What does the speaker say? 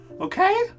Okay